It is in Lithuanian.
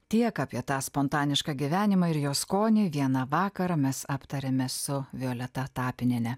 tiek apie tą spontanišką gyvenimą ir jo skonį vieną vakarą mes aptarėme su violeta tapiniene